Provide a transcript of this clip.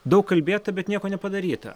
daug kalbėta bet nieko nepadaryta